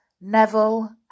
Neville